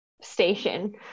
station